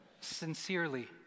sincerely